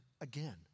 again